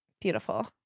Beautiful